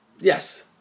yes